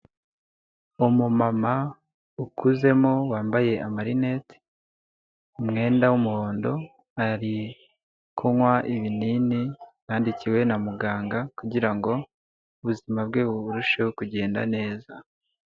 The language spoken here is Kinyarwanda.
Umumama ukuzemo wambaye amarinete umwenda w'umuhondo, ari kunywa ibinini yandikiwe na muganga kugirango ubuzima bwe burusheho kugenda neza.